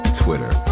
twitter